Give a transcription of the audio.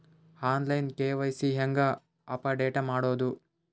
On line KYC ಹೇಂಗ update ಮಾಡೋದು?